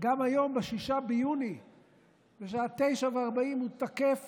גם היום, ב-6 ביוני בשעה 21:40, הוא תקף